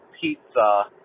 pizza